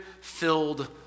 filled